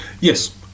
Yes